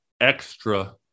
extra